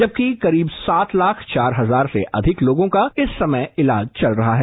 जबकि करीब सात लाख चार हजार से अधिक लोगों का इस समय इलाज चल रहा है